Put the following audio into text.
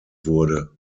wurde